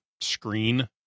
screen